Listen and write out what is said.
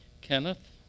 Kenneth